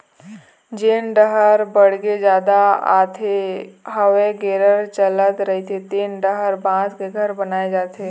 जेन डाहर बाड़गे जादा आथे, हवा गरेर चलत रहिथे तेन डाहर बांस के घर बनाए जाथे